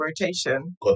rotation